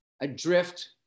adrift